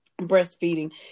breastfeeding